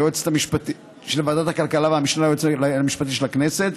היועצת המשפטית של ועדת הכלכלה והמשנה ליועץ המשפטי של הכנסת,